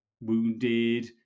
wounded